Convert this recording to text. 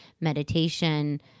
meditation